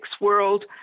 world